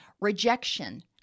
rejection